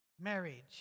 marriage